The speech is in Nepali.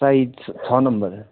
साइज छ नम्बर